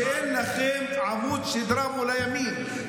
שאין לכם עמוד שדרה מול הימין,